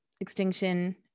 Extinction